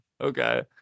okay